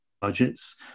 budgets